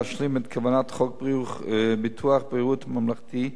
להשלים את כוונת חוק ביטוח בריאות ממלכתי,